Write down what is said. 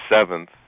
seventh